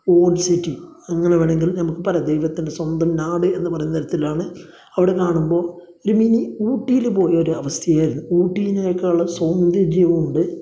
on city അങ്ങനെ വേണമെങ്കിൽ ഞമക്ക് പറയാം ദൈവത്തിൻ്റെ സ്വന്തം നാട് എന്ന് പറയുന്ന തരത്തിലാണ് അവിടെ കാണുമ്പോൾ ഒരു മിനി ഊട്ടിയിൽ പോയ ഒരു അവസ്ഥയായിരുന്നു ഊട്ടിയേക്കാളും സൗന്ദര്യവുമുണ്ട്